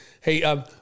Hey